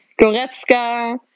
Goretzka